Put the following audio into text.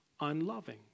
unloving